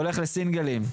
הולך לסינגלים,